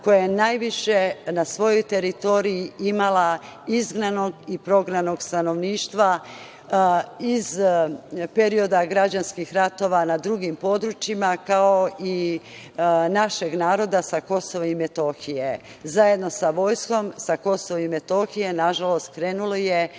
koja je najviše na svojoj teritoriji imala izgnanog i prognanog stanovništva iz perioda građanskih ratova na drugim područjima, kao i našeg naroda sa KiM. Zajedno sa vojskom sa KiM nažalost krenulo je